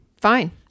fine